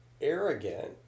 arrogant